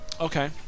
Okay